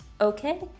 Okay